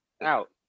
out